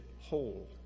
whole